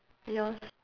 yours